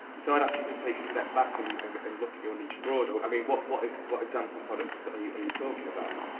so i'd ask you to take a step back and and and look at your niche broader. i mean what what like example products are you you talking about?